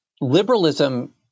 liberalism